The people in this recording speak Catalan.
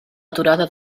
aturada